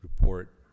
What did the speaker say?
report